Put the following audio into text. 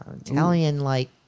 Italian-like